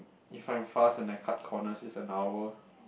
if I'm fast and I cut corners it's an hour